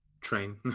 train